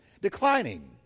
Declining